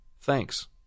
Thanks